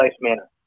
manner